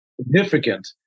significant